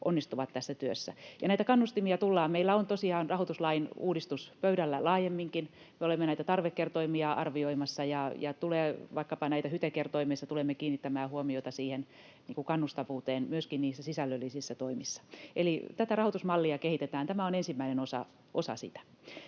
onnistuvat tässä työssä. Meillä on tosiaan rahoituslain uudistus pöydällä laajemminkin. Me olemme näitä tarvekertoimia arvioimassa ja vaikkapa HYTE-kertoimessa tulemme kiinnittämään huomiota siihen kannustavuuteen myöskin niissä sisällöllisissä toimissa. Eli tätä rahoitusmallia kehitetään. Tämä on ensimmäinen osa sitä.